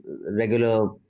regular